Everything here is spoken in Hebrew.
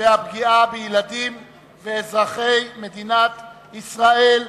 והפגיעה בילדים ובאזרחי מדינת ישראל.